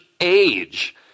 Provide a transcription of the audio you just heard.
age